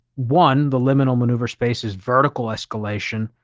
one, the liminal maneuver space is vertical escalation,